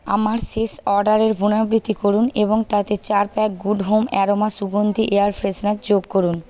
আমার শেষ অর্ডারের পুনরাবৃত্তি করুন এবং তাতে চার প্যাক গুড হোম অ্যারোমা সুগন্ধিত এয়ার ফ্রেশনার যোগ করুন